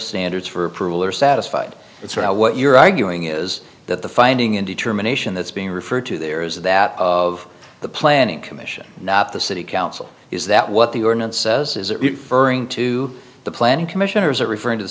standards for approval are satisfied it's what you're arguing is that the finding and determination that's being referred to there is that of the planning commission not the city council is that what the ordinance says is fering to the planning commissioners are referring to the